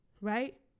Right